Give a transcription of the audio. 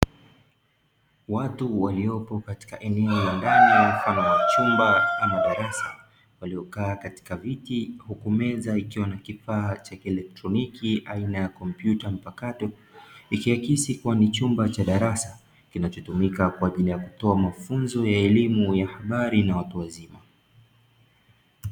Watu waliopo katika eneo la ndani mfano wa chumba au darasa, waliokaa katika viti huku meza ikiwa na kifaa cha kielektroniki aina ya kompyuta mpakato ikiakisi kuwa ni chumba cha darasa kinachotumika kutoa elimu kuhusu habari na watu wazima.